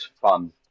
fun